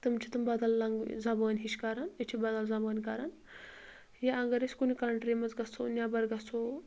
تِم چھِ تِم بدل لنٛگویج زبٲنۍ ہِش کران أسۍ چھِ بدل زبٲنۍ کران یا اگر أسۍ کُنہِ کنٹری منٛز گژھو نٮ۪بر گژھو